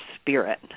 spirit